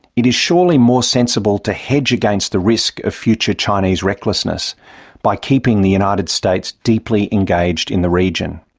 it is surely more sensible to hedge against the risk of future chinese recklessness by keeping the united states deeply engaged in the region.